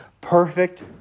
perfect